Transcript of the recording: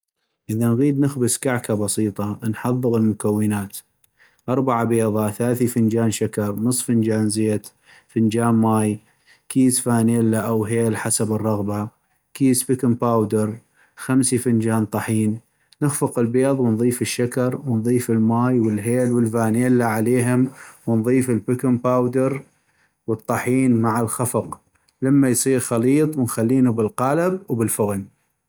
اذا نغيد نخبز كعكة بسيطة ، نحضغ المكونات اربع بيضة ، ثاثي فنجان شكر ، نص فنجان زيت ، فنجان ماي ، كيس فانيلا أو هيل حسب الرغبة ، كيس بكن باودر ، خمسي فنجان طحين ، نخفق البيض ونضيف الشكر ، ونضيف الماي والهيل والفانيلا عليهم ، ونضيف البكن باودر والطحين مع الخفق لما يصيغ خليط ونخلينو بالقالب وبالفغن.